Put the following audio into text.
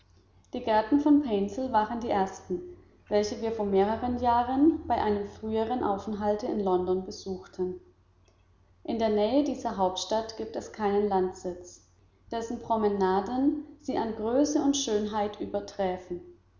die gärten von painshill waren die ersten welche wir vor mehreren jahren bei einem früheren aufenthalte in london besuchten in der nähe dieser hauptstadt gibt es keinen landsitz dessen promenaden sie an größe und schönheit überträfen